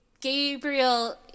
Gabriel